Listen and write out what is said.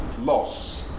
Loss